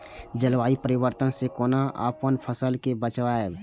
जलवायु परिवर्तन से कोना अपन फसल कै बचायब?